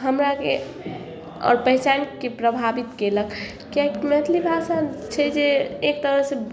हमराके आओर पहचानके प्रभावित कएलक किएकि मैथिली भाषा छै जे एक तरहसे